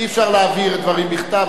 אי-אפשר להעביר דברים בכתב.